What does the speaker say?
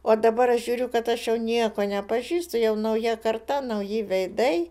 o dabar aš žiūriu kad aš jau nieko nepažįstu jau nauja karta nauji veidai